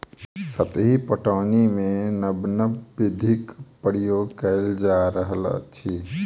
सतही पटौनीमे नब नब विधिक प्रयोग कएल जा रहल अछि